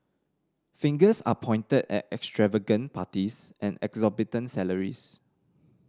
fingers are pointed at extravagant parties and exorbitant salaries